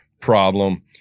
problem